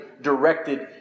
directed